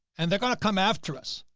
and they're going to come after us.